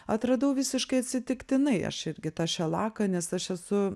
atradau visiškai atsitiktinai aš irgi tą šelaką nes aš esu